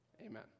amen